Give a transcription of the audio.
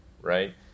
right